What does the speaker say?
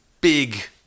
big